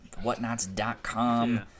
Whatnots.com